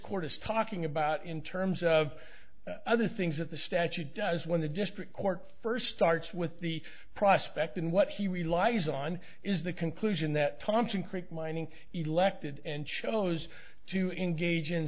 is talking about in terms of other things that the statute does when the district court first starts with the prospect and what he relies on is the conclusion that thompson creek mining elected and chose to engage in